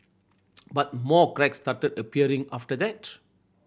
but more cracks started appearing after that